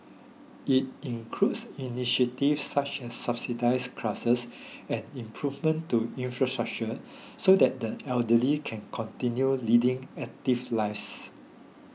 it includes such as subsidised classes and improvements to infrastructure so that the elderly can continue leading active lives